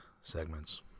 segments